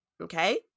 okay